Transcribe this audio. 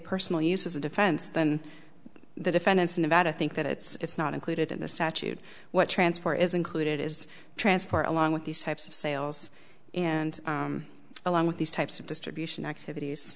personal use as a defense than the defendants in nevada think that it's not included in the statute what transfer is included is transport along with these types of sales and along with these types of distribution activities